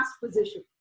position